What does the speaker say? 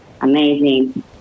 amazing